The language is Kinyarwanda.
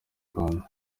rwanda